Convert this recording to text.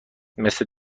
مثل